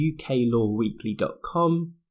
uklawweekly.com